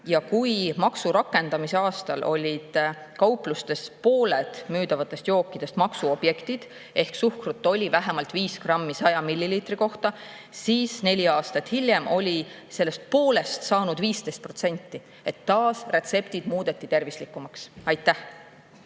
Kui maksu rakendamise aastal olid pooled kauplustes müüdavatest jookidest maksuobjektid ehk suhkrut oli vähemalt 5 grammi 100 milliliitri kohta, siis neli aastat hiljem oli sellest poolest saanud 15%. Taas muudeti retseptid tervislikumaks. Tanel